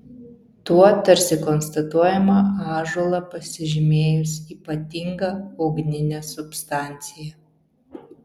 tuo tarsi konstatuojama ąžuolą pasižymėjus ypatinga ugnine substancija